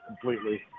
completely